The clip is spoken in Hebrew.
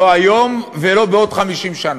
לא היום ולא בעוד 50 שנה.